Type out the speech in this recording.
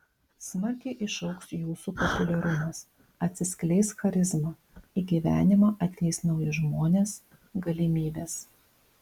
smarkiai išaugs jūsų populiarumas atsiskleis charizma į gyvenimą ateis nauji žmonės galimybės